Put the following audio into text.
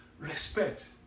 respect